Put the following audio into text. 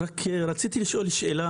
שאלה,